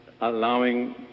allowing